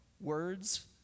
Words